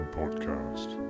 podcast